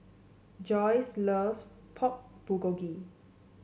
Joyce loves Pork Bulgogi